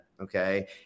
Okay